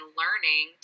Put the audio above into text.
learning